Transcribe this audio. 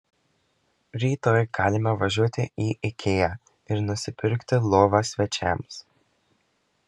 rytoj galime važiuoti į ikea ir nusipirkti lovą svečiams